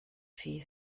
fee